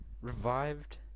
revived